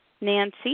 Nancy